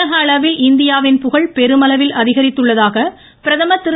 உலகளவில் இந்தியாவின் புகழ் பெருமளவில் அதிகரித்துள்ளதாக பிரதமர் திரு